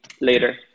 later